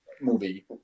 movie